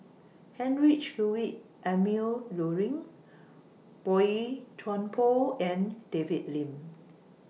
Heinrich Ludwig Emil Luering Boey Chuan Poh and David Lim